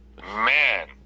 man